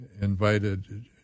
invited